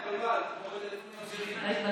חשבתי שהתבלבלת, לא התבלבלתי.